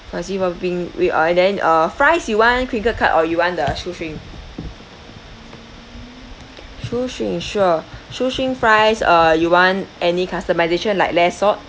spicy four wing wi~ uh and then uh fries you want crinkle cut or you want the shoestring shoestring sure shoestring fries uh you want any customisation like less salt